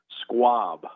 squab